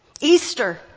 Easter